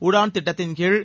உதாள் திட்டத்தின் கீழ்